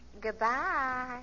Goodbye